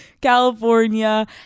California